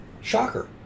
Shocker